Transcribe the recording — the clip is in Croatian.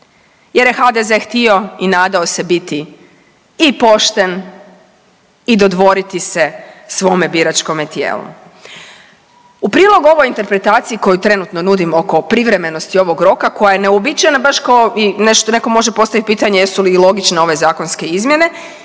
jer je HDZ htio i nadao se biti i pošten i dodvoriti se svome biračkome tijelu. U prilog ovoj interpretaciji koju trenutno nudimo oko privremenosti ovog roka koja je neuobičajena baš ko i, neko može postavit pitanje jesu li logične ove zakonske izmjene,